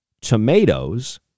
tomatoes